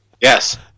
yes